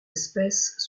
espèces